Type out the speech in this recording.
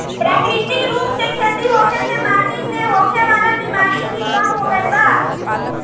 प्राकृतिक रूप से खेती होखे से माटी से होखे वाला बिमारी भी कम हो गईल बा